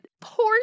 poor